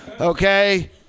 Okay